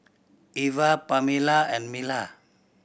Eva Pamela and Mila